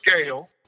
scale